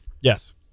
Yes